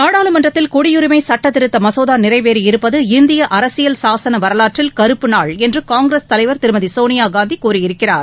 நாடாளுமன்றத்தில் குடியுரிமை சட்டத்திருத்த மசோதா நிறைவேறியிருப்பது இந்திய அரசியல் சாசன வரலாற்றில் கறுப்பு நாள் காங்கிரஸ் தலைவர் திருமதி சோனியா காந்தி கூறியிருக்கிறார்